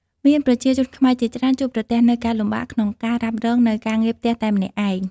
មានប្រជាជនខ្មែរជាច្រើនជួបប្រទះនូវការលំបាកក្នុងការរ៉ាបរ៉ងនូវការងារផ្ទះតែម្នាក់ឯង។